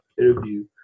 interview